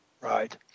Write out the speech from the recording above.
right